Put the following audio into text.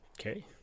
Okay